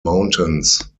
mountains